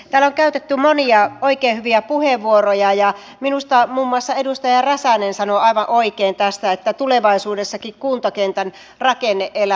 täällä on käytetty monia oikein hyviä puheenvuoroja ja minusta muun muassa edustaja räsänen sanoi aivan oikein tästä että tulevaisuudessakin kuntakentän rakenne elää